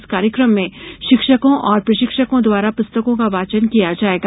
इस कार्यकम में शिक्षकों और प्रशिक्षकों द्वारा प्रस्तकों का वाचन किया जाएगा